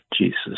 Jesus